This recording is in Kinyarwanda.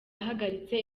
ahagaritse